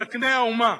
מסכני האומה,